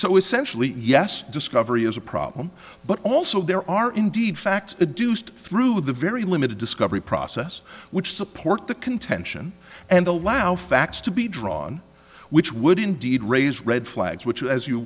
so essentially yes discovery is a problem but also there are indeed facts a deuced through the very limited discovery process which support the contention and allow facts to be drawn which would indeed raise red flags which as you